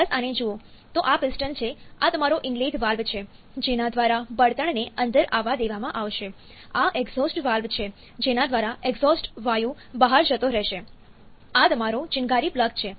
બસ આને જુઓ તો આ પિસ્ટન છે આ તમારો ઇનલેટ વાલ્વ છે જેના દ્વારા બળતણને અંદર આવવા દેવામાં આવશે આ એક્ઝોસ્ટ વાલ્વ છે જેના દ્વારા એક્ઝોસ્ટ વાયુ બહાર જતો રહેશે આ તમારો ચિનગારી પ્લગ છે